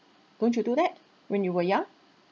don't you do that when you were young